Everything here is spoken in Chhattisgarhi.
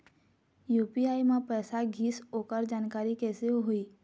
यू.पी.आई म पैसा गिस ओकर जानकारी कइसे होही?